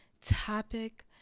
topic